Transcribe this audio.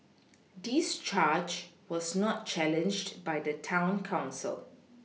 this charge was not challenged by the town council